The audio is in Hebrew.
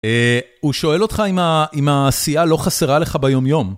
הוא שואל אותך אם העשייה לא חסרה לך ביומיום.